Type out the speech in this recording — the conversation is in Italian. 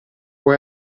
può